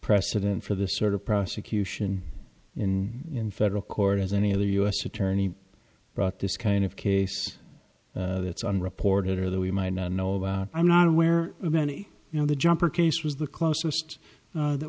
precedent for this sort of prosecution in in federal court as any other u s attorney brought this kind of case that's unreported or that we might not know i'm not aware of any you know the jumper case was the closest that